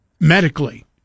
medically